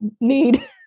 need